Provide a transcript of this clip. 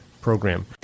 program